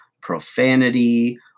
profanity